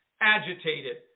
agitated